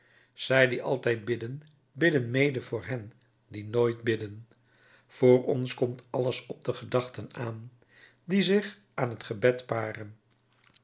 zij die altijd bidden bidden mede voor hen die nooit bidden voor ons komt alles op de gedachten aan die zich aan het gebed paren